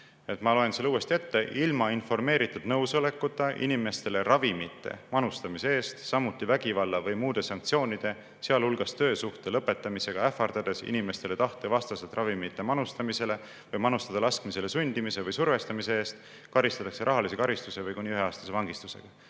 Ma loen selle uuesti ette: ilma informeeritud nõusolekuta inimestele ravimite manustamise eest, samuti vägivalla või muude sanktsioonide, sealhulgas töösuhte lõpetamisega ähvardades, inimeste tahte vastaselt nende ravimite manustamisele või manustada laskmisele sundimise või survestamise eest karistatakse rahalise karistuse või kuni üheaastase vangistusega.